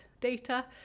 data